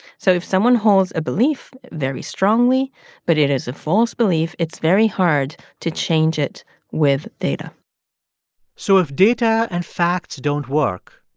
so if someone holds a belief very strongly but it is a false belief, it's very hard to change it with data so if data and facts don't work,